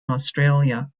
australia